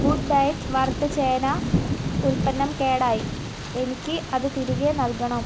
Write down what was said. good diet വറുത്ത ചേന ഉൽപ്പന്നം കേടായി എനിക്ക് അത് തിരികെ നൽകണം